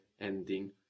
ending